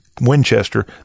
winchester